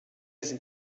sind